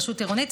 רשות עירונית,